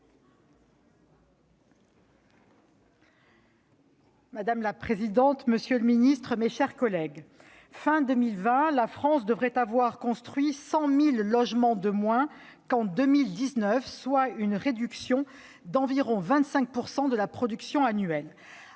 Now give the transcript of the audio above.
Madame la présidente, monsieur le ministre, mes chers collègues, à la fin de 2020, la France devrait avoir construit 100 000 logements de moins qu'en 2019, soit une réduction d'environ 25 % de la production annuelle.